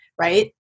right